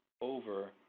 over